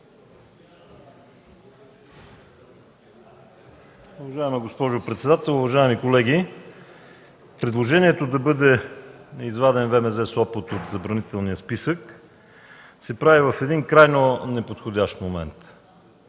Уважаема госпожо председател, уважаеми колеги! Предложението да бъде изваден ВМЗ – Сопот, от забранителния списък се прави в един крайно неподходящ момент.